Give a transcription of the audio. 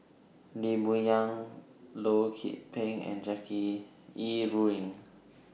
Lee Boon Yang Loh Lik Peng and Jackie Yi Ru Ying